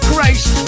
Grace